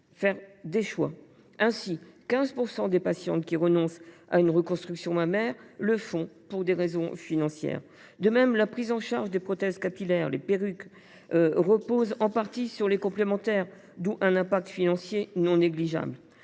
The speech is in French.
faire des choix. Ainsi, 15 % des patientes qui renoncent à une reconstruction mammaire le font pour des raisons financières. De même, la prise en charge des prothèses capillaires et perruques repose en partie sur les complémentaires, ce qui entraîne une répercussion financière non négligeable.